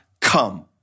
come